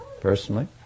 personally